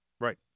Right